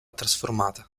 trasformata